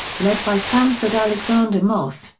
led by sanford alexander moss,